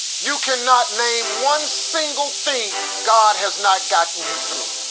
you cannot name one single thing god has not gotten you through.